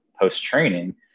post-training